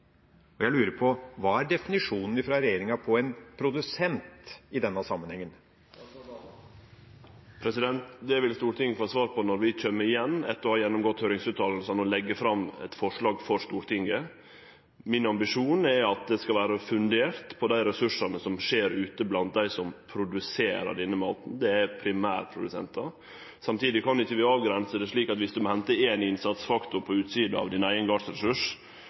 høring. Jeg lurer på: Hva er regjeringas definisjon av en produsent i denne sammenhengen? Det vil Stortinget få svar på når vi kjem igjen etter å ha gjennomgått høyringsuttalene og legg fram eit forslag for Stortinget. Min ambisjon er at det skal vere fundert på dei ressursane som finst ute blant dei som produserer denne maten. Det er primærprodusentar. Samtidig kan vi ikkje avgrense det slik at om ein må hente éin innsatsfaktor på utsida av